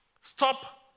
Stop